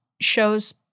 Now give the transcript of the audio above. shows